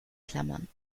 klammern